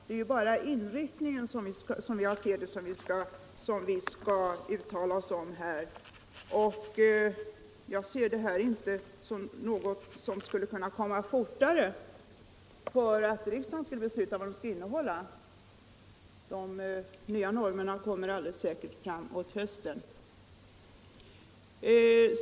Det är, som jag ser det, bara inriktningen vi skall uttala oss om här. Jag tror inte att dessa normer blir klara fortare för att riksdagen skriver detaljer. De nya normerna kommer alldeles säkert fram emot hösten.